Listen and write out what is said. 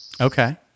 Okay